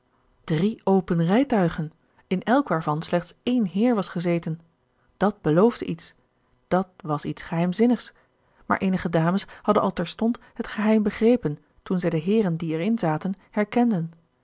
drie open rijtuigen in elk waarvan slechts één heer was gezeten dat beloofde iets dat was iets geheimzinnigs maar eenige dames hadden al terstond het geheim begrepen toen zij de heeren die erin zaten herkenden